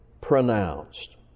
pronounced